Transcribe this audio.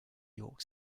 york